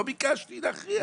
לא ביקשתי להכריח.